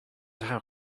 how